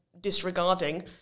disregarding